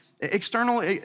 external